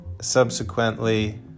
Subsequently